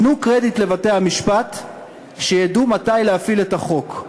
תנו קרדיט לבתי-המשפט שידעו מתי להפעיל את החוק,